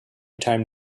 time